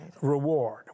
reward